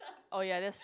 oh ya that's